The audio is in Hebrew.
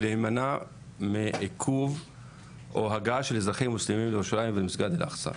להימנע מעיכוב או הגעה של אזרחים מוסלמים לירושלים ולמסגד אל אקצה.